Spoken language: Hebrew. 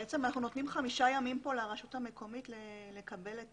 אנחנו נותנים חמישה ימים לרשות המקומית לקבל את